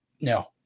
No